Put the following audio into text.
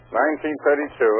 1932